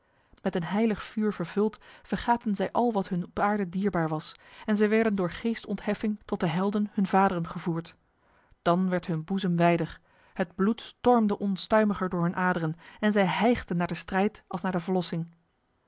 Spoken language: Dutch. met een heilig vuur vervuld vergaten zij al wat hun op aarde dierbaar was en zij werden door geestontheffing tot de helden hun vaderen gevoerd dan werd hun boezem wijder het bloed stormde onstuimiger door hun aderen en zij hijgden naar de strijd als naar de verlossing